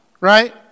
right